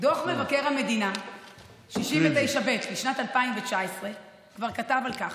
דוח מבקר המדינה 69ב' לשנת 2019 כבר כתב על כך,